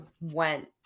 went